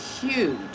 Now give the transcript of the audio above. huge